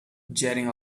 jetting